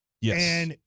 Yes